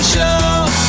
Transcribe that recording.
Show